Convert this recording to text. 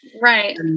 Right